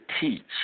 teach